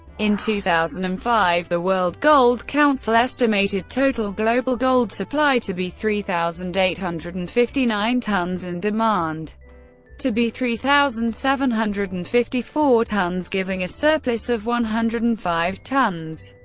in two thousand and five the world gold council estimated total global gold supply to be three thousand eight hundred and fifty nine tonnes and demand to be three thousand seven hundred and fifty four tonnes, giving a surplus of one hundred and five tonnes.